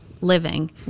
living